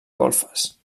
golfes